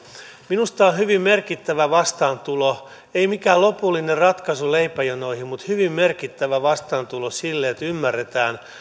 minusta tämä on hyvin merkittävä vastaantulo ei mikään lopullinen ratkaisu leipäjonoihin mutta hyvin merkittävä vastaantulo että ymmärretään